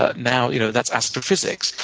ah now you know that's astrophysics.